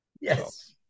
yes